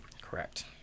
Correct